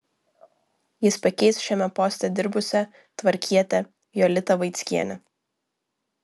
jis pakeis šiame poste dirbusią tvarkietę jolitą vaickienę